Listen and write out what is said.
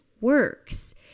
works